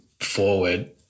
forward